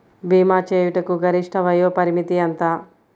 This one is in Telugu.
భీమా చేయుటకు గరిష్ట వయోపరిమితి ఎంత?